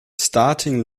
starting